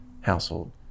household